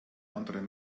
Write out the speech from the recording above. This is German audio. anderen